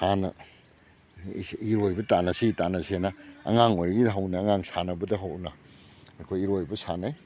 ꯍꯥꯟꯅ ꯏꯔꯣꯏꯕ ꯇꯥꯟꯅꯁꯤ ꯇꯥꯟꯅꯁꯦꯅ ꯑꯉꯥꯡ ꯑꯣꯏꯔꯤꯉꯩꯗꯒꯤ ꯍꯧꯅ ꯑꯉꯥꯡ ꯁꯥꯟꯅꯕꯗꯒꯤ ꯍꯧꯅ ꯑꯩꯈꯣꯏ ꯏꯔꯣꯏꯕ ꯁꯥꯟꯅꯩ